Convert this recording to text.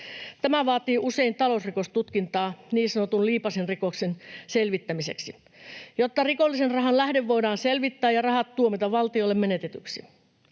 Tämä vaatii usein talousrikostutkintaa niin sanotun liipaisinrikoksen selvittämiseksi, jotta rikollisen rahan lähde voidaan selvittää ja rahat tuomita valtiolle menetetyksi.